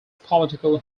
political